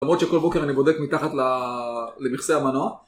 למרות שכל בוקר אני בודק מתחת למכסה המנוע.